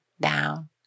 down